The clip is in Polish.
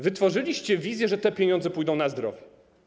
Wytworzyliście wizję, że te pieniądze pójdą na zdrowie.